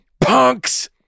punks